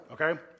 okay